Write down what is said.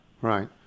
right